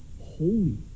holy